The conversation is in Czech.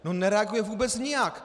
No nereaguje vůbec nijak.